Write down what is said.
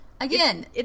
Again